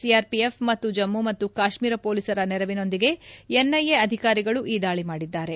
CRPF ಮತ್ತು ಜಮ್ಮ ಮತ್ತು ಕಾಶ್ಮೀರ ಪೊಲೀಸರ ನೆರವಿನೊಂದಿಗೆ ಎನ್ಐಎ ಅಧಿಕಾರಿಗಳು ಈ ದಾಳಿ ಮಾಡಿದ್ದಾರೆ